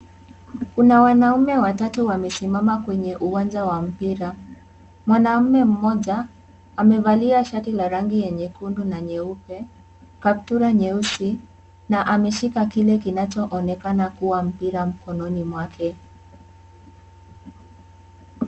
Kuna wanaume watatu wamesimama kwenye uwanja wa mpira. Mwanamume mmoja amevalia shati la rangi ya nyekundu na nyeupe, kaptura nyeusi na ameshika kile kinachoonekana kuwa mpira mkononi mwake.